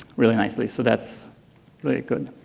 really nicely, so that's really good